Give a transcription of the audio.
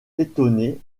étonné